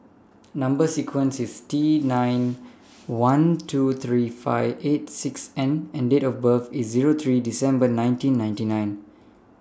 Number sequence IS T nine one two three five eight six N and Date of birth IS Zero three December nineteen ninety nine